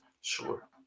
sure